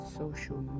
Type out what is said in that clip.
social